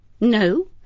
No